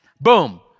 Boom